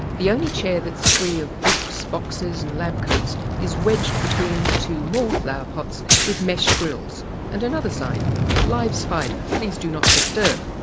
the only chair that's free of books, boxes and lab coats is wedged between two more flower pots with mesh grilles and another sign live spider, please do not disturb.